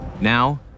Now